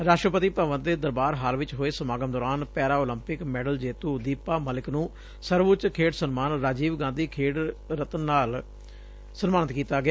ਰਾਸ਼ਟਰਪਤੀ ਭਵਨ ਦੇ ਦਰਬਾਰ ਹਾਲ ਚ ਹੋਏ ਸਮਾਗਮ ਦੌਰਾਨ ਪੈਰਾ ਉਲੰਪਿਕ ਮੈਡਲ ਜੇਤੁ ਦੀਪਾ ਮਲਿਕ ਨੂੰ ਸਰਵਉੱਚ ਖੇਡ ਸਨਮਾਨ ਰਾਜੀਵ ਗਾਂਧੀ ਖੇਡ ਰਤਨ ਨਾਲ ਸਨਮਾਨਿਤ ਕੀਤਾ ਗਿਆ